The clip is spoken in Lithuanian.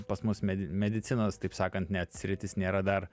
pas mus medi medicinos taip sakant net sritis nėra dar